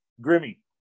Grimmy